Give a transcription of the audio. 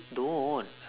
don't